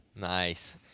Nice